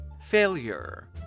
Failure